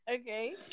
Okay